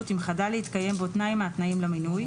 אם חדל להתקיים בו תנאי מהתנאים למינוי,